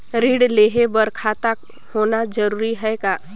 ऋण लेहे बर खाता होना जरूरी ह का?